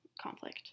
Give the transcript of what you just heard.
conflict